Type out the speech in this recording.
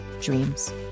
dreams